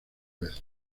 vez